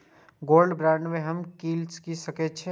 Gold bond में हम की ल सकै छियै?